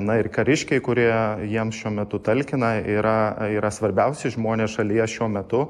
na ir kariškiai kurie jiems šiuo metu talkina yra yra svarbiausi žmonės šalyje šiuo metu